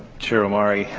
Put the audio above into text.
chair omari.